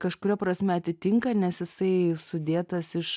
kažkuria prasme atitinka nes jisai sudėtas iš